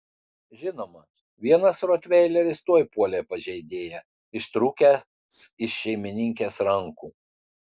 žinoma vienas rotveileris tuoj puolė pažeidėją ištrūkęs iš šeimininkės rankų